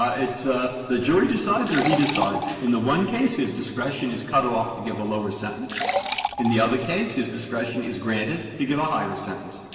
ah it's ah the jury decides or he decides. in the one case, his discretion is cut off to give a lower sentence in the other case, his discretion is granted to give a higher sentence.